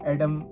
Adam